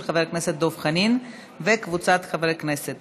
של חבר הכנסת דב חנין וקבוצת חברי הכנסת.